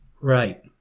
Right